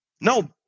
No